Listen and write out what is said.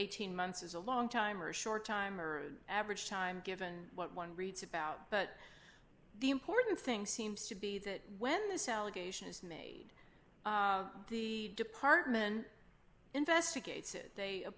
eighteen months is a long time or a short time or average time given what one reads about but the important thing seems to be that when the salivation is made the department investigates it they